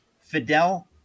Fidel